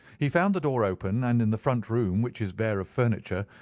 he found the door open, and in the front room, which is bare of furniture,